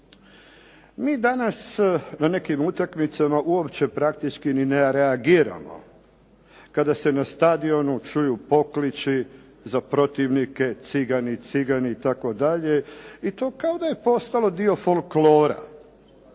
Mi danas na nekim utakmicama uopće praktički ni ne reagiramo, kada se na stadionu čuju pokliči za protivnike "Cigani, cigani" itd. i to kao da je postalo dio folklora